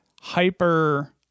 hyper